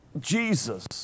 Jesus